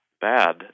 bad